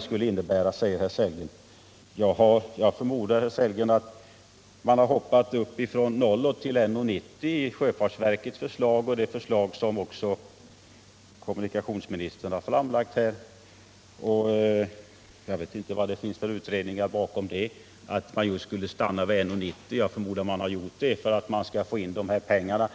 skulle innebära, säger herr Sellgren. Jag förmodar, herr Sellgren, att sjöfartsverket i sitt förslag hoppade upp från 0 kr. till 1:90, det förslag som också kommunikationsministern har framlagt här. Jag vet inte vilka utredningar som ligger bakom att man just skulle stanna vid 1:90 kr. Jag antar att man gjorde det för att finansiera bortfallet av kanalavgifterna.